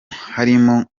harimo